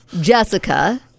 Jessica